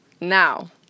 Now